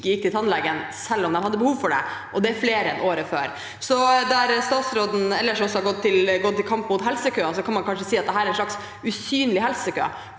ikke gikk til tannlegen i fjor, selv om de hadde behov for det, og det er flere enn året før. Der statsråden ellers også har gått til kamp mot helsekøene, kan man kanskje si at dette er en slags usynlig helsekø.